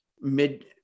mid